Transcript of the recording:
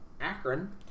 Akron